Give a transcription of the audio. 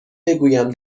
بگویم